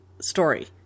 story